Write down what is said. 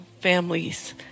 families